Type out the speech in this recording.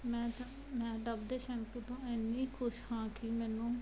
ਮੈਂ ਸਰ ਮੈਂ ਡੱਵ ਦੇ ਸ਼ੈਂਪੂ ਤੋਂ ਇੰਨੀ ਖੁਸ਼ ਹਾਂ ਕਿ ਮੈਨੂੰ